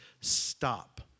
stop